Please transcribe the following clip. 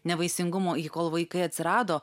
nevaisingumo į kol vaikai atsirado